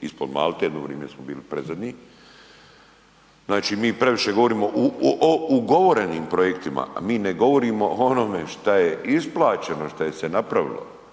ispod Malte, jedno vrijeme smo bili predzadnji. Znači mi previše govorimo o ugovorenim projektima, a mi ne govorimo o onome šta je isplaćeno, šta je se napravilo.